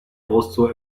also